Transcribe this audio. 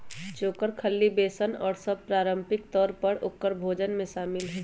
चोकर, खल्ली, बेसन और सब पारम्परिक तौर पर औकर भोजन में शामिल हई